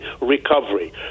recovery